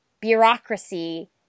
bureaucracy